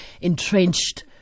Entrenched